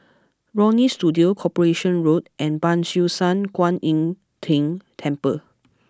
Leonie Studio Corporation Road and Ban Siew San Kuan Im Tng Temple